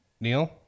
neil